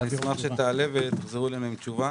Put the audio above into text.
אני אשמח אם תעלה את הנושא ויחזרו אלינו עם תשובה.